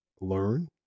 learn